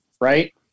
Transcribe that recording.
right